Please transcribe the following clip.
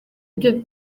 ibyo